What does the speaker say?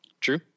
True